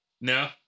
No